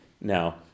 now